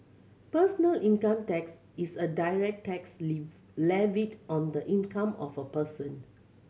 personal income tax is a direct tax levied on the income of a person